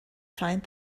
find